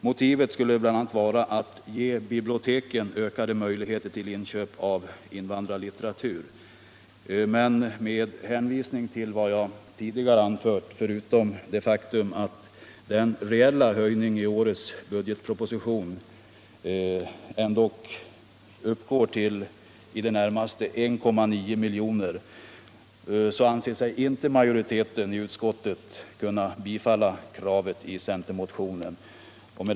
Syftet skulle bl.a. vara att ge biblioteken ökade möjligheter till inköp av invandrarlitteratur. Men med hänvisning till vad jag tidigare anfört, förutom det faktum att den reella höjningen i årets budgetproposition ändock uppgår till i det närmaste 1,9 miljoner, så anser sig inte majoriteten i utskottet kunna tillstyrka kravet i centermotionen. Herr talman!